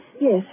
Yes